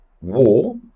war